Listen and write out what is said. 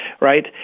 right